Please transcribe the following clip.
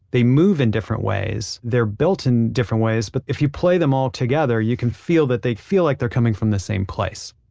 they move in different ways, they're built in different ways, but if you play them all together, you can feel that they feel like they're coming from the same place